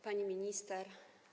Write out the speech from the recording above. Pani Minister!